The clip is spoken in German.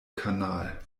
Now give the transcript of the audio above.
kanal